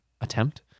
attempt